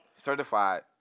Certified